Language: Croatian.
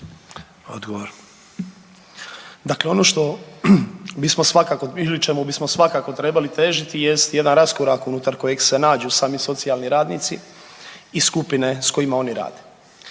(MOST)** Dakle ono što, mi smo svakako ili čemu bismo svakako trebali težiti jest jedan raskorak unutar kojeg se nađu sami socijalni radnici i skupine s kojima oni rade.